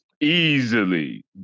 Easily